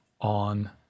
on